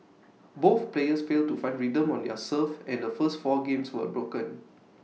both players failed to find rhythm on their serve and the first four games were broken